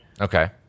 okay